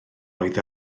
oedd